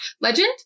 legend